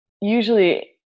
usually